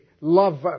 love